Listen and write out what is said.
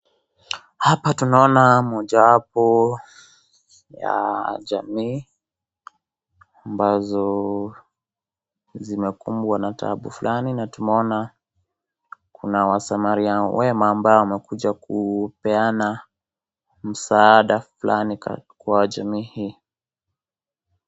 Hapa tunaona mojawapo ya jamii ambazo zinakumbwa na taabu fulani, tumeona kuna wasamaria wema ambao wamekuja kupeana msaada fulani kwa jamii hii.